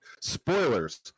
Spoilers